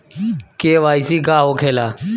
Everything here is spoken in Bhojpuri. के.वाइ.सी का होखेला?